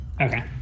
Okay